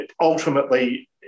ultimately